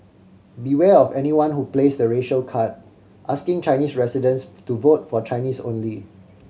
beware of anyone who plays the racial card asking Chinese residents to vote for Chinese only